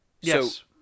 Yes